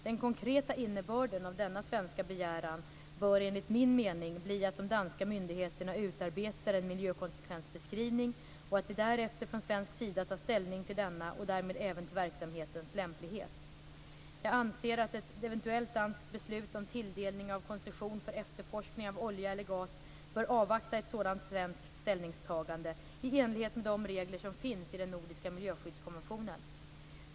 Den konkreta innebörden av denna svenska begäran bör, enligt min mening, bli att de danska myndigheterna utarbetar en miljökonsekvensbeskrivning och att vi därefter från svensk sida tar ställning till denna och därmed även till verksamhetens lämplighet. Jag anser att ett eventuellt danskt beslut om tilldelning av koncession för efterforskning av olja eller gas bör avvakta ett sådant svenskt ställningstagande, i enlighet med de regler som finns i den nordiska miljöskyddskonventionen.